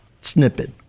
snippet